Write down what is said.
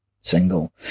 single